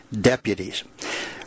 deputies